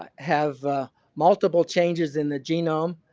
ah have multiple changes in the genome,